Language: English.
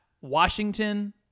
Washington